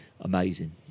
amazing